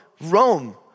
Rome